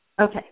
okay